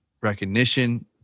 recognition